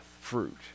fruit